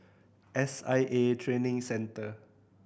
S I A Training Centre